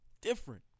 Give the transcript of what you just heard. Different